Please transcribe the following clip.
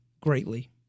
Greatly